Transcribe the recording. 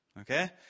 Okay